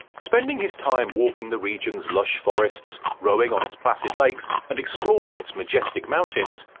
spending his time walking the regions lush forests, rowing on its placid lakes and exploring its majestic mountains,